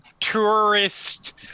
tourist